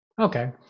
Okay